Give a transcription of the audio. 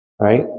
right